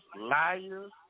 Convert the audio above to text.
liars